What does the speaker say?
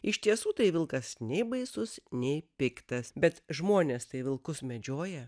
iš tiesų tai vilkas nei baisus nei piktas bet žmonės tai vilkus medžioja